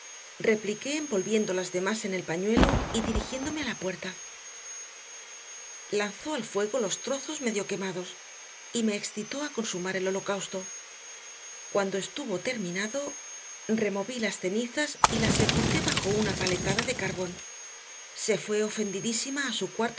repliqué envolviendo las demás en el pañuelo y dirigiéndome a la puerta lanzó al fuego los trozos medio quemados y me excitó a consumar el holocausto cuando estuvo terminado removí las cenizas y las sepulté bajo una paletada de carbón se fue ofendidísima a su